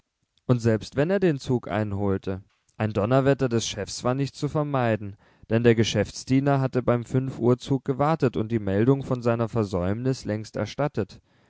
und selbst wenn er den zug einholte ein donnerwetter des chefs war nicht zu vermeiden denn der geschäftsdiener hatte beim fünfuhrzug gewartet und die meldung von seiner versäumnis längst erstattet